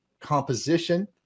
composition